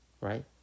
right